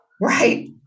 Right